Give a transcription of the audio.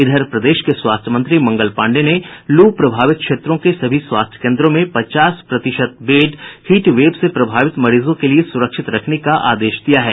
इधर प्रदेश के स्वास्थ्य मंत्री मंगल पांडेय ने लू प्रभावित क्षेत्रों के सभी स्वास्थ्य केन्द्रों में पचास प्रतिशत बेड हीट वेव से प्रभावित मरीजों के लिए सुरक्षित रखने का आदेश दिया है